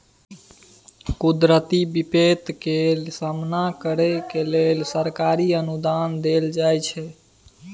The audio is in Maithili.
कुदरती बिपैत के सामना करइ लेल सरकारी अनुदान देल जाइ छइ